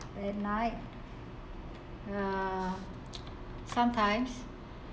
at night uh sometimes